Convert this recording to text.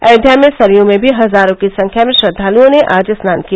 अयोध्या में सरयू में भी हजारों की संख्या में श्रद्धालुओं ने स्नान किया